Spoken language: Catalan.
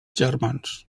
germans